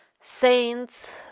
saints